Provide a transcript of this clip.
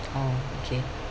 orh okay